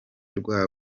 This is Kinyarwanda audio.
rwa